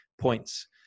points